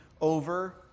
over